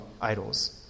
idols